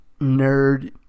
nerd